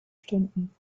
stunden